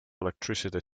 electricity